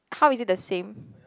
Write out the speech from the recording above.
how is it the same